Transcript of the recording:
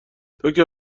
دکتر